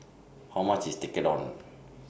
How much IS Tekkadon